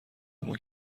اما